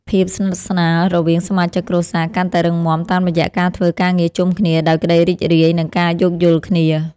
ភាពស្និទ្ធស្នាលរវាងសមាជិកគ្រួសារកាន់តែរឹងមាំតាមរយៈការធ្វើការងារជុំគ្នាដោយក្ដីរីករាយនិងការយោគយល់គ្នា។